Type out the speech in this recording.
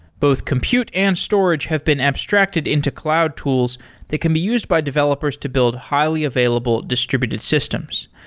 both compute and storage have been abstracted into cloud tools that can be used by developers to build highly available distributed systems.